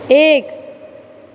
एक